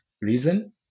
reason